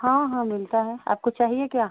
हाँ हाँ मिलता है आपको चाहिए क्या